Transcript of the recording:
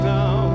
now